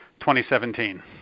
2017